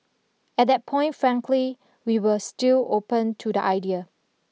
at that point frankly we were still open to the idea